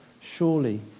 Surely